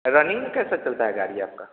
running कैसा चलता है गाड़ी आपका